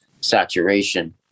saturation